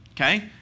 Okay